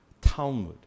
Talmud